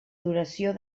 duració